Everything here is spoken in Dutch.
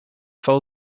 vel